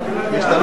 וגם אתה מסכים.